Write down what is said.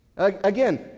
Again